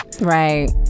Right